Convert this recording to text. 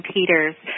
Peters